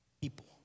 People